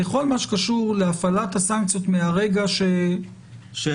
בכל מה שקשור להפעלת הסנקציות מהרגע --- השאלה